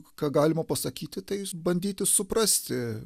ką galima pasakyti tai bandyti suprasti